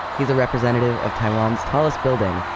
he's a representative of taiwan's tallest building,